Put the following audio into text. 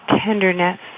tenderness